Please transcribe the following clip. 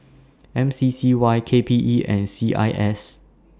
M C C Y K P E and C I S